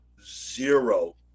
zero